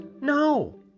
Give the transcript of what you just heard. No